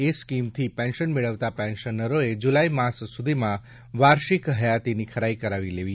એ સ્કીમથી પેન્શન મેળવતા પેન્શનરોએ જૂલાઈ માસ સુધીમાં વાર્ષિક હયાતીની ખરાઈ કરાવી લેવી